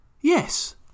Yes